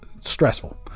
stressful